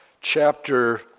chapter